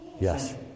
Yes